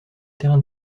terrain